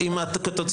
ופה,